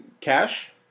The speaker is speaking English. cash